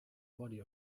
body